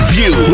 View